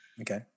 Okay